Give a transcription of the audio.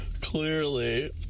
Clearly